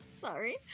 Sorry